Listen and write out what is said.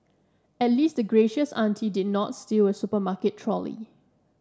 at least the gracious auntie did not steal a supermarket trolley